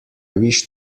wish